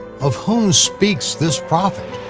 of whom speaks this prophet?